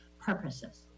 purposes